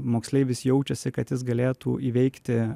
moksleivis jaučiasi kad jis galėtų įveikti